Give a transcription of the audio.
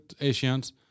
Asians